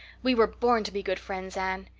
we were born to be good friends, anne.